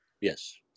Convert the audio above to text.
Yes